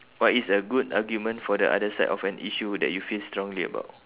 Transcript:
what is a good argument for the other side of an issue that you feel strongly about